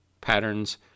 patterns